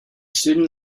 student